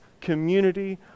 community